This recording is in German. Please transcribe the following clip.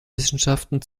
wissenschaften